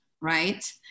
right